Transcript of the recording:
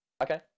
Okay